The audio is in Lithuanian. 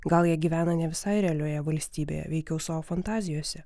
gal jie gyvena ne visai realioje valstybėje veikiau savo fantazijose